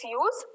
use